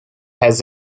has